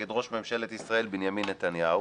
נגד ראש ממשלת ישראל בנימין נתניהו